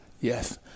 yes